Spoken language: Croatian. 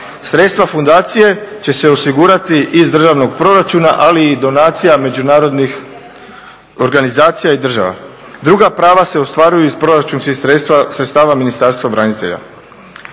Sredstva fundacije će se osigurati iz državnog proračuna ali i donacija međunarodnih organizacija i država. Druga prava se ostvaruju iz proračunskih sredstava Ministarstva branitelja.